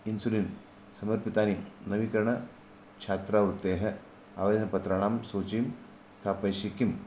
समर्पितानि नवीकरणछात्रवृत्तेः आवेदनपत्राणां सूचीं स्थापयसि किम्